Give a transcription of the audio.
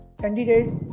candidates